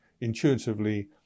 intuitively